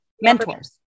Mentors